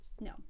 no